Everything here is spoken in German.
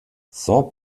saint